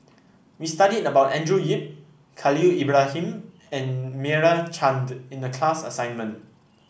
we studied about Andrew Yip Khalil Ibrahim and Meira Chand in the class assignment